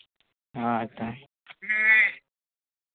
ᱦᱚᱭᱛᱳ